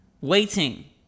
Waiting